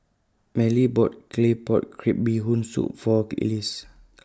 Mallie bought Claypot Crab Bee Hoon Soup For Elois